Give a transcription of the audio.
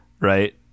right